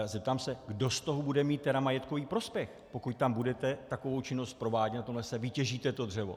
Zeptám se, kdo z toho bude mít tedy majetkový prospěch, pokud budete takovou činnost provádět v tom lese, vytěžíte to dřevo.